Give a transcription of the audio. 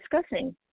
discussing